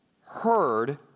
heard